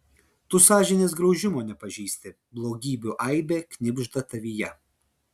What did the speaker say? tu sąžinės graužimo nepažįsti blogybių aibė knibžda tavyje